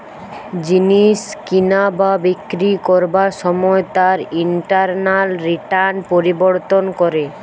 জিনিস কিনা বা বিক্রি করবার সময় তার ইন্টারনাল রিটার্ন পরিবর্তন করে